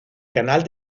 canal